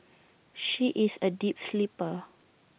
she is A deep sleeper